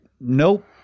nope